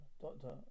Doctor